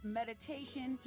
meditation